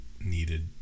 needed